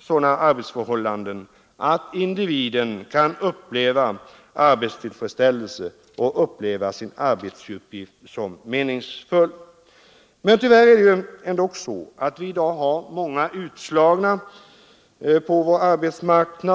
sådana förhållanden att individen kan uppleva arbetstillfredsställelse och finna sin arbetsuppgift meningsfull. Men tyvärr har vi i dag ändå många utslagna på vår arbetsmarknad.